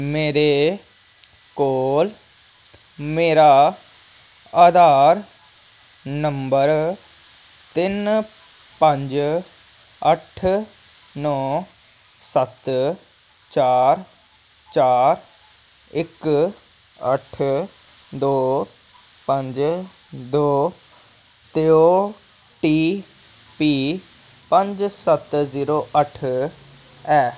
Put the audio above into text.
मेरे कोल मेरा आधार नंबर तिन्न पंज अट्ठ नौ सत्त चार चार इक अट्ठ दो पंज दो ते ओ टी पी पंज सत्त जीरो अट्ठ